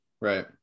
Right